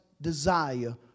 desire